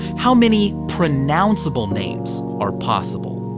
how many pronounceable names are possible?